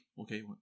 okay